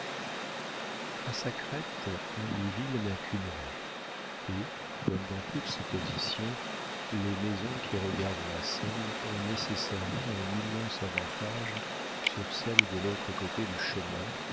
a sa crête ingouville n'a qu'une rue et comme dans toutes ces positions les maisons qui regardent la seine ont nécessairement un immense avantage sur celles de l'autre côté du chemin